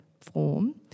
form